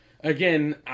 again